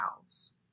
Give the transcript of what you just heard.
house